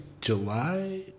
July